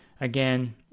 Again